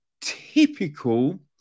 typical